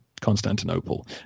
Constantinople